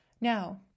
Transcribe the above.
Now